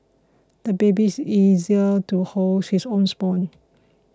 the baby is easier to hold his own spoon